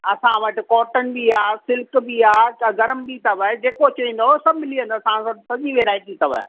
असां वटि कॉटन बि आहे सिल्क बि आहे गरमु बि अथव जे को चवंदव सभु मिली वेंदव तव्हांखे सॼी वैराईटी अथव